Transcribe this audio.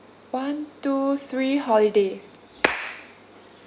one two three holiday